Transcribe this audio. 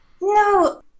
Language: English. No